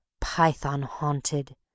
python-haunted